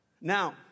Now